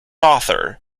author